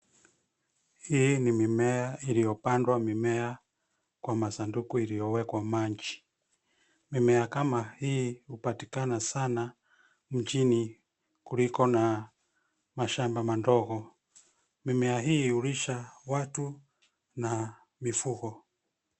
Hii ni mimea iliyopandwa mimea kwa masanduku iliyowekwa maji. Mimea kama hii hupatikana sana mjini kuliko na mashamba madogo. Mimea hii hulisha watu na mifugo.